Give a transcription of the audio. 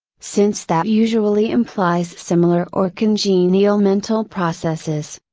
since that usually implies similar or congenial mental processes.